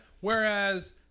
Whereas